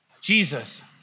Jesus